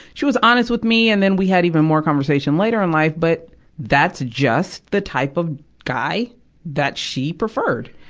she was honest with me, and then we had even more conversation later in life. but that's just the type of guy that she preferred.